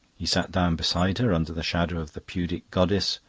he sat down beside her under the shadow of the pudic goddess.